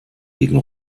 gegen